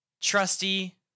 Trusty